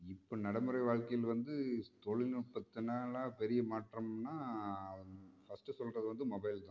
இப்போ நடைமுறை வாழ்க்கையில் வந்து தொழில்நுட்பத்தினால் பெரிய மாற்றம்னால் ஃபஸ்ட் சொல்கிறது வந்து மொபைல் தான்